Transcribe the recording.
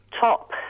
top